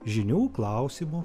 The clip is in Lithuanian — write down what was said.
žinių klausimų